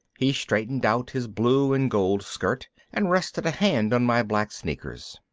he straightened out his blue-and-gold skirt and rested a hand on my black sneakers.